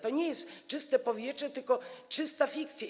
To nie jest czyste powietrze, to jest czysta fikcja.